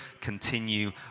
continue